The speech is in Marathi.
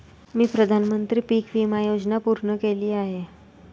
मी प्रधानमंत्री पीक विमा योजना पूर्ण केली आहे